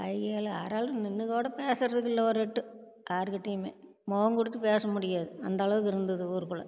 கையால் யாராலு நின்று கூட பேசுறது இல்லை ஒரு எட்டு யாருகிட்டயுமே முகங்குடுத்து பேச முடியாது அந்தளவுக்கு இருந்தது ஊருக்குள்ளே